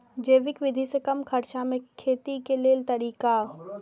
जैविक विधि से कम खर्चा में खेती के लेल तरीका?